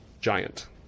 Giant